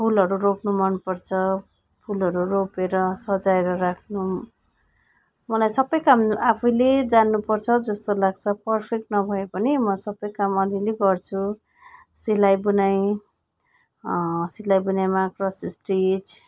फुलहरू रोप्नु मनपर्छ फुलहरू रोपेर सजाएर राख्नु मलाई सबै काम आफैले जान्नुपर्छ जस्तो लाग्छ पर्फेक्ट नभए पनि म सबै काम अलिअलि गर्छु सिलाइ बुनाइ सिलाइ बुनाइमा क्रस स्टिच